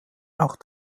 auch